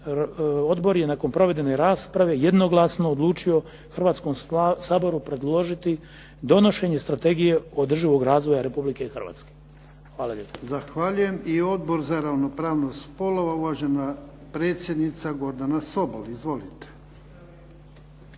odbor je nakon provedene rasprave jednoglasno odlučio Hrvatskom saboru predložiti donošenje Strategije održivog razvoja Republike Hrvatske. Hvala lijepo. **Jarnjak, Ivan (HDZ)** Zahvaljujem. I Odbor za ravnopravnost spolova, uvažena predsjednica Gordana Sobol. Izvolite.